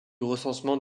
recensement